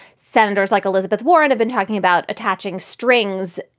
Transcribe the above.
senators like elizabeth warren have been talking about attaching strings.